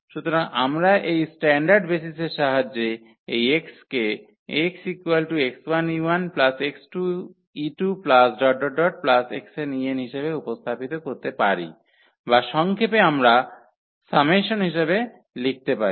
সুতরাং আমরা এই স্ট্যান্ডার্ড বেসিসের সাহায্যে এই x কে x x1 e1 x2 e2 ⋯ xn en হিসাবে উপস্থাপিত করতে পারি বা সংক্ষেপে আমরা সামেসন হিসাবে লিখতে পারি